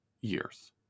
years